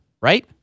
right